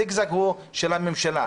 הזיג-זג הוא של הממשלה.